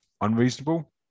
unreasonable